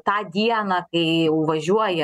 tą dieną kai jau važiuoja